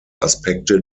aspekte